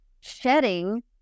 shedding